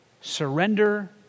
Surrender